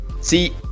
See